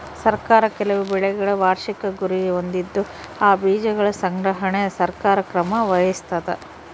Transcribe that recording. ಸರ್ಕಾರ ಕೆಲವು ಬೆಳೆಗಳ ವಾರ್ಷಿಕ ಗುರಿ ಹೊಂದಿದ್ದು ಆ ಬೀಜಗಳ ಸಂಗ್ರಹಣೆಗೆ ಸರ್ಕಾರ ಕ್ರಮ ವಹಿಸ್ತಾದ